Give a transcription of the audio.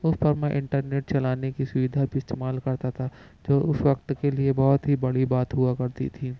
اس پر میں انٹرنیٹ چلانے کی سودھا بھی استعمال کرتا تھا جو اس وقت کے لیے بہت ہی بڑی بات ہوا کرتی تھی